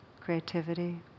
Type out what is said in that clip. creativity